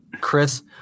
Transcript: Chris